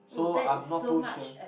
so I'm not too sure